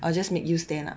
I'll just make you stand up